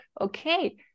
okay